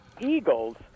Eagles –